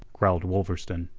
growled wolverstone.